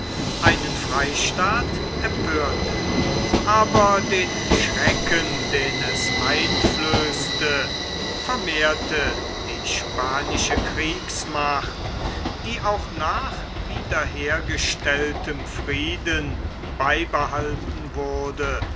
einen freistaat empörte aber den schrecken den es einflößte vermehrte die spanische kriegsmacht die auch nach wiederhergestelltem frieden beibehalten wurde